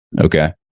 Okay